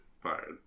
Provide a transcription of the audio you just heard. fired